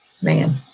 Man